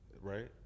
right